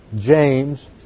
James